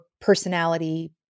personality